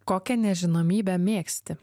kokią nežinomybę mėgsti